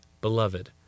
Beloved